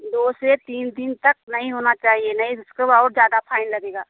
दो से तीन दिन तक नहीं होना चाहिए नहीं तो उसको और ज़्यादा फाइन लगेगा